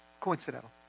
Coincidental